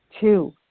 Two